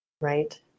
right